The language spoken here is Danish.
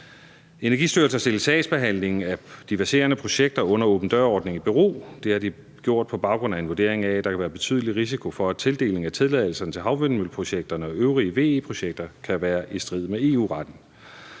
Energistyrelsen har stillet sagsbehandlingen af de verserende projekter under åben dør-ordningen i bero. Det har de gjort på baggrund af en vurdering af, at der kan være en betydelig risiko for, at tildelingen af tilladelserne til havvindmølleprojekterne og øvrige VE-projekter kan være i strid med EU-retten.